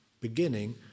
beginning